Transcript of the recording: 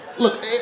Look